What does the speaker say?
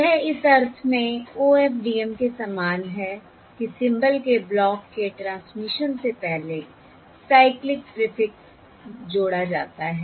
यह इस अर्थ में OFDM के समान है कि सिम्बल के ब्लॉक के ट्रांसमिशन से पहले साइक्लिक प्रीफिक्स जोड़ा जाता है